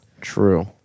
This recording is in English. True